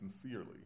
sincerely